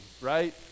right